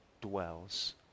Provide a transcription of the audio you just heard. dwells